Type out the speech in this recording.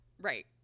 Right